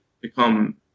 become